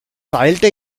teilte